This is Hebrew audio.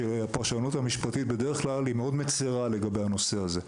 כשהפרשנות המשפטית היא בדרך כלל מאוד מצרה לגבי הנושא הזה.